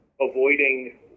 avoiding